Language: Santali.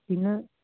ᱛᱤᱱᱟᱹᱜ